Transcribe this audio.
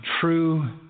true